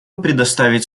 предоставить